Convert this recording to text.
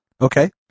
Okay